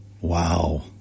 wow